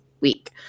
week